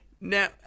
Now